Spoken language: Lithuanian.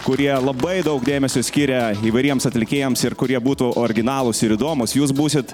kurie labai daug dėmesio skiria įvairiems atlikėjams ir kurie būtų originalūs ir įdomūs jūs būsit